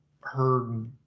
heard